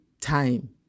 time